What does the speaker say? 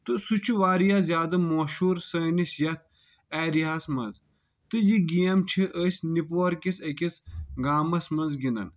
تہٕ سُہ چھُ واریاہ زیادٕ مشہوٗر سٲنِس یتھ ایریا ہس منٛز تہٕ یہِ گیم چھِ أسۍ نِپور کِس أکِس گامس منٛز گنٛدان